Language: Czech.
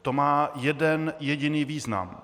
To má jeden jediný význam.